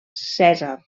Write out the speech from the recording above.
cèsar